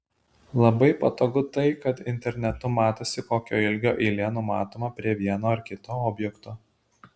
labai patogu tai kad internetu matosi kokio ilgio eilė numatoma prie vieno ar kito objekto